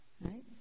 right